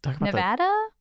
Nevada